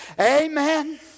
Amen